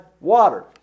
water